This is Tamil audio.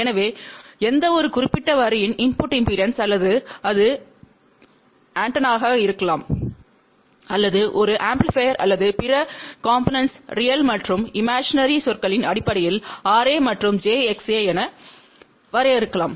எனவே எந்தவொரு குறிப்பிட்ட வரியின் இன்புட் இம்பெடன்ஸ் அல்லது அது ஆண்டெனாவாக இருக்கலாம் அல்லது ஒரு ஆம்ப்ளிபயர் அல்லது பிற காம்போனென்ட்ஸ்களை ரியல் மற்றும் இமேஜினரி சொற்களின் அடிப்படையில் RA மற்றும் j XA என வரையறுக்கலாம்